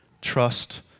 trust